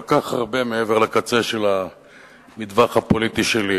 כל כך הרבה מעבר לקצה של המטווח הפוליטי שלי.